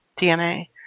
DNA